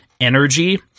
energy –